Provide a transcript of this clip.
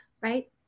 right